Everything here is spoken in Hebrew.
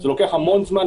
זה לוקח המון זמן,